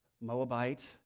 Moabite